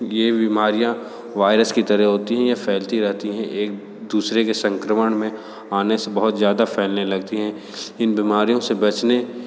यह बीमारियाँ वायरस की तरह होती हैं यह फैलती रहती हैं एक दूसरे के संक्रमण में आने से बहुत ज़्यादा फैलने लगती हैं इन बीमारियों से बचने